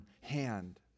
hand